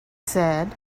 said